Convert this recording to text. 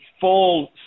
full